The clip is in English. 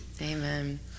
Amen